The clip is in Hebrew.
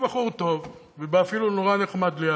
שהוא בחור טוב, ואפילו נורא נחמד לי